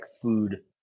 food